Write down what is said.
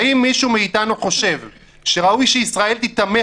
האם מישהו מאיתנו חושב שראוי שישראל תיתמך